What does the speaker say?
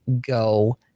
go